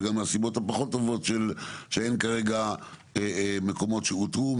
וגם מהסיבות הפחות טובות שאין כרגע מקומות שאותרו,